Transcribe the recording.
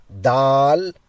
Dal